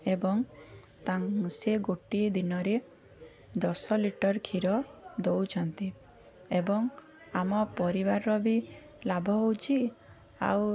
ଏବଂ ତାଙ୍କ ସେ ଗୋଟିଏ ଦିନରେ ଦଶ ଲିଟର୍ କ୍ଷୀର ଦେଉଛନ୍ତି ଏବଂ ଆମ ପରିବାରର ବି ଲାଭ ହେଉଛି ଆଉ